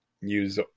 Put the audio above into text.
Use